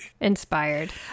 Inspired